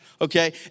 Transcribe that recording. Okay